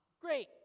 great